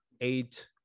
eight